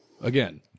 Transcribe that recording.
again